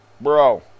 Bro